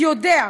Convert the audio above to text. יודע.